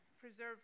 preserve